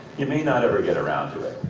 you may not ever get around to it.